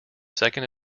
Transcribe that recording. second